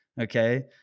Okay